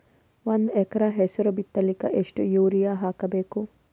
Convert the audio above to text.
ಒಂದ್ ಎಕರ ಹೆಸರು ಬಿತ್ತಲಿಕ ಎಷ್ಟು ಯೂರಿಯ ಹಾಕಬೇಕು?